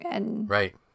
Right